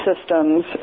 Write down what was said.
Systems